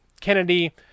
Kennedy